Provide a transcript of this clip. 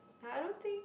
like I don't think